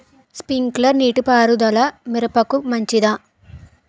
Sprinkler నీటిపారుదల మిరపకు మంచిదా?